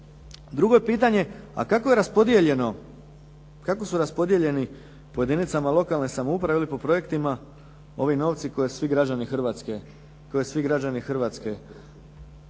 kako je raspodijeljeno, kako su raspodijeljeni po jedinicama lokalne samouprave ili po projektima ovi novci koje svi građani Hrvatske